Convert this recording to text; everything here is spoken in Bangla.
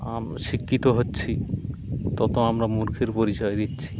আম শিক্ষিত হচ্ছি তত আমরা মূর্খের পরিচয় দিচ্ছি